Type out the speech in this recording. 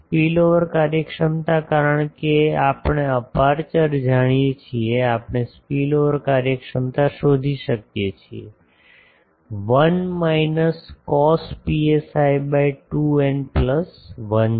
spillover કાર્યક્ષમતા કારણ કે આપણે અપેર્ચર જાણીએ છીએ આપણે સ્પીલઓવર કાર્યક્ષમતા શોધી શકીએ છીએ 1 minus cos psi by 2 n plus 1